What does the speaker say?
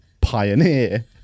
pioneer